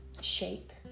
shape